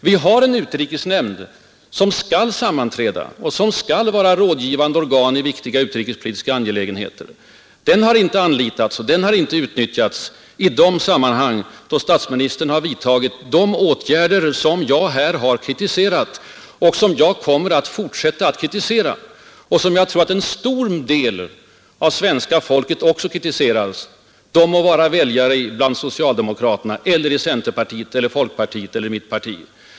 Vi har en utrikesnämnd som skall sammanträda och som skall vara ett rådgivande organ i viktiga utrikespolitiska angelägenheter. Den har inte anlitats eller utnyttjats i de sammanhang då statsministern har vidtagit de åtgärder som jag här har kritiserat, som jag kommer att fortsätta att kritisera och som jag tror att en stor del av svenska folket också kritiserar — de må vara socialdemokrater, centerpartister, folkpartister eller tillhöra mitt parti.